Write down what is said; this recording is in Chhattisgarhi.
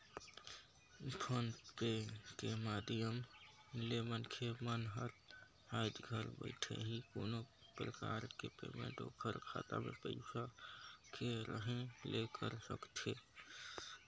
फोन पे के माधियम ले मनखे मन हर आयज घर बइठे ही कोनो परकार के पेमेंट ओखर खाता मे पइसा के रहें ले कर सकथे